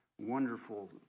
wonderful